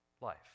life